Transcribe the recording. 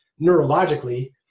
neurologically